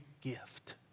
gift